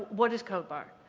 what is codebar?